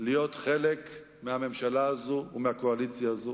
להיות חלק מהממשלה הזו ומהקואליציה הזו.